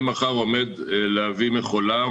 אני מחר עומד להביא מכולות.